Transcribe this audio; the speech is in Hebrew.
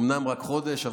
אומנם רק חודש,